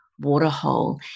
waterhole